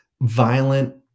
violent